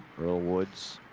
earl woods.